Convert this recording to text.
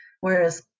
whereas